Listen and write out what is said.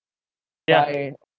yeah